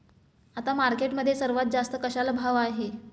आता मार्केटमध्ये सर्वात जास्त कशाला भाव आहे?